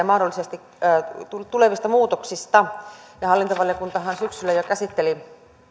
mahdollisesti tulevia muutoksia hallintovaliokuntahan jo syksyllä käsitteli